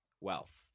wealth